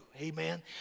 Amen